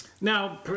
Now